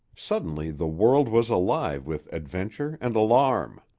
suddenly the world was alive with adventure and alarm.